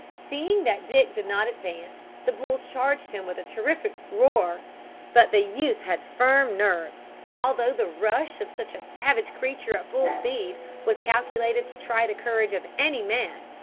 seeing that dick did not advance, the bull charged him with a terrific roar but the youth had firm nerves, and although the rush of such a savage creature at full speed was calculated to try the courage of any man,